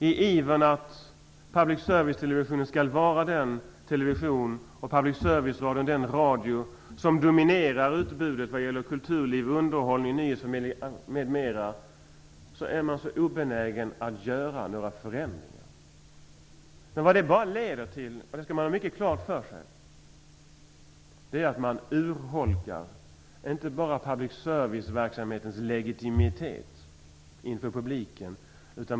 I ivern att public servicetelevisionen skall vara den television och public service-radion den radio som dominerar utbudet vad gäller kulturliv, underhållning, nyhetsförmedling, m.m. är man obenägen att göra några förändringar. Men det leder till, och det skall man ha mycket klart för sig, att man urholkar public serviceverksamhetens legitimitet inför publiken.